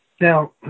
Now